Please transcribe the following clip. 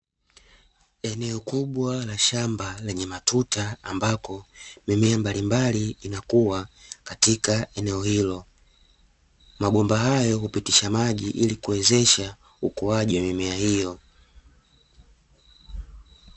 Eneo kubwa la shamba lenye matuta, ambako mimea mbalimbali inakuwa katika eneo hilo. Mabomba hayo hupitisha maji ili kuwezesha ukuaji wa mimea hiyo.